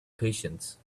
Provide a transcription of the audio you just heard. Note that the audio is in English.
patience